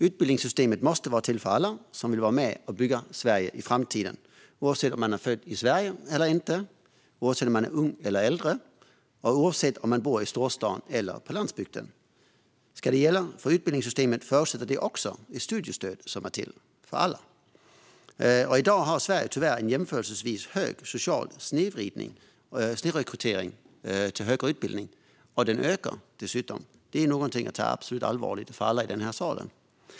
Utbildningssystemet måste vara till för alla som vill vara med att bygga Sverige i framtiden, oavsett om man är född i Sverige eller inte, oavsett om man är ung eller äldre och oavsett om man bor i storstaden eller på landsbygden. Ska det gälla för utbildningssystemet förutsätter det också ett studiestöd som är till för alla. I dag har Sverige tyvärr en jämförelsevis hög social snedrekrytering till högre utbildning. Den ökar dessutom, och det är någonting att ta på allvar för alla i den här salen.